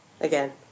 again